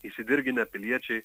įsidirginę piliečiai